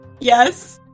Yes